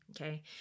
Okay